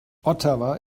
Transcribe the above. ottawa